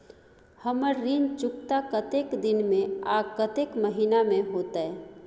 हमर ऋण चुकता कतेक दिन में आ कतेक महीना में होतै?